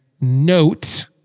note